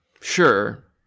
Sure